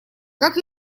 как